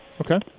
Okay